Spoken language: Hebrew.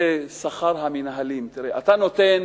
שכר המנהלים, תראה, אתה נותן